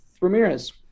ramirez